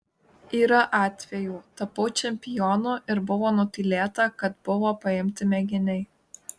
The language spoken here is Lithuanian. yra atvejų tapau čempionu ir buvo nutylėta kad buvo paimti mėginiai